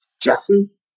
Jesse